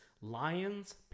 Lions